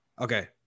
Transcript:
okay